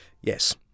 Yes